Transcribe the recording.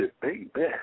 baby